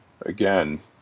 again